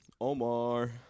Omar